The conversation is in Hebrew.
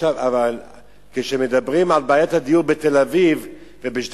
אבל כשמדברים על בעיית הדיור בתל-אביב ובשדרות-רוטשילד,